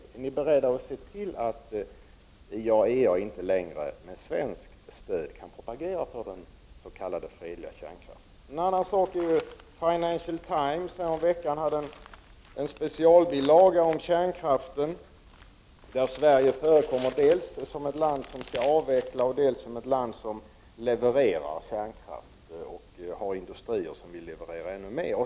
Är ni beredda att se till att IAEA inte längre med svenskt stöd kan fortsätta med propagandan för den s.k. fredliga kärnkraften? Financial Times hade häromveckan en specialbilaga om kärnkraften. Där talas det om Sverige dels som ett land som skall avveckla kärnkraften, dels som ett land som levererar kärnkraft och som har industrier som vill leverera ännu mera.